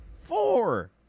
Four